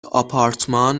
آپارتمان